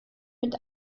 mit